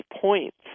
points